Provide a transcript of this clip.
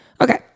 Okay